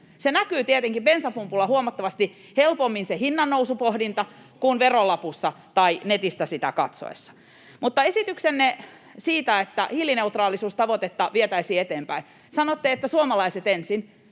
näkyy tietenkin huomattavasti helpommin bensapumpulla kuin verolapussa tai netistä sitä katsoessa. Esitykseenne siitä, että hiilineutraalisuustavoitetta ei vietäisi eteenpäin: Sanoitte, että suomalaiset ensin.